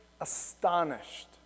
astonished